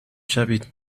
شوید